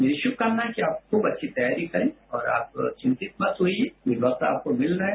मेरी शुभकामना है कि आप खूब अच्छी तैयारी करें और आप चिंतित मत होइए ये वक्त आपको मिल रहा है